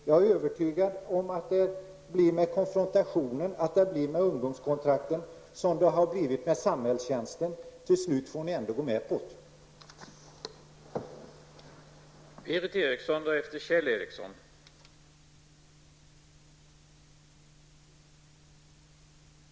Jag är övertygad om att det blir med konfrontationen och med ungdomskontrakten som det har blivit med samhällstjänsten: Till slut får ni ändå gå med på det!